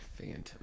Phantom